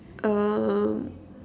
um